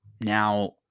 Now